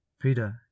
Peter